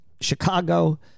Chicago